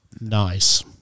Nice